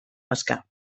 pescar